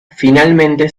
finalmente